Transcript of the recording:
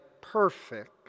perfect